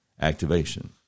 activation